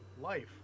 life